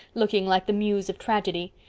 looking like the muse of tragedy.